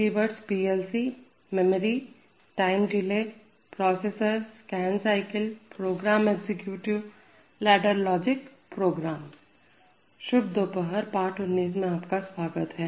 keywords PLC memory time delay processor scan cycle program execution ladder logic program शुभ दोपहर पाठ 19 में आपका स्वागत है